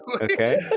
okay